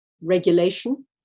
regulation